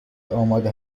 آماده